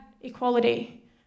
equality